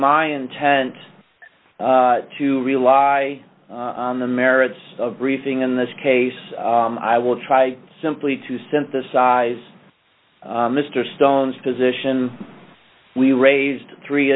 my intent to rely on the merits of briefing in this case i will try simply to synthesize mr stone's position we raised three